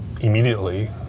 immediately